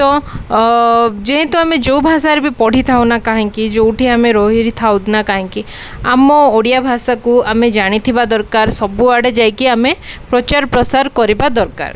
ତ ଯେହେତୁ ଆମେ ଯେଉଁ ଭାଷାରେ ବି ପଢ଼ିଥାଉନା କାହିଁକି ଯେଉଁଠି ଆମେ ରହିଥାଉ ନା କାହିଁକି ଆମ ଓଡ଼ିଆ ଭାଷାକୁ ଆମେ ଜାଣିଥିବା ଦରକାର ସବୁଆଡ଼େ ଯାଇକି ଆମେ ପ୍ରଚାର ପ୍ରସାର କରିବା ଦରକାର